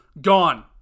gone